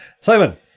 Simon